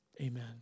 amen